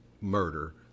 murder